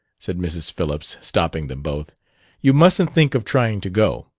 said mrs. phillips, stopping them both you mustn't think of trying to go.